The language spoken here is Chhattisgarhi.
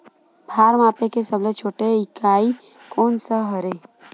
भार मापे के सबले छोटे इकाई कोन सा हरे?